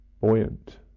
buoyant